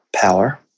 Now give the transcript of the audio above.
power